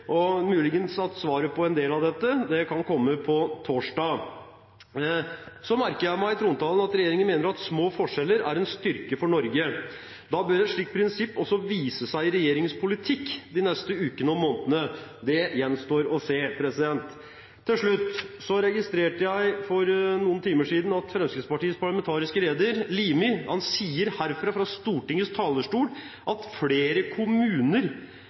kommer. Muligens kan svaret på en del av dette komme på torsdag. Så merket jeg meg i trontalen at regjeringen mener at små forskjeller er en styrke for Norge. Da bør et slikt prinsipp også vise seg i regjeringens politikk de neste ukene og månedene. Det gjenstår å se. Til slutt registrerte jeg for noen timer siden at Fremskrittspartiets parlamentariske leder, Hans Andreas Limi, sa fra Stortingets talerstol at flere kommuner